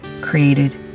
created